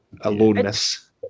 aloneness